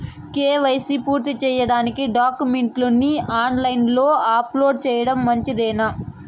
KYC పూర్తి సేయడానికి డాక్యుమెంట్లు ని ఆన్ లైను లో అప్లోడ్ సేయడం మంచిదేనా?